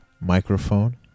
microphone